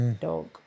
dog